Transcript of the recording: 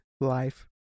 life